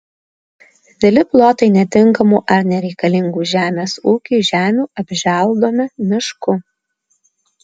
dideli plotai netinkamų ar nereikalingų žemės ūkiui žemių apželdomi mišku